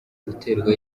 uterwa